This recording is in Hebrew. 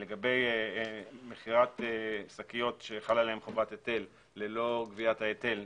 לגבי מכירת שקיות שחלה עליהן חובת היטל ללא גביית ההיטל,